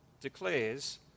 declares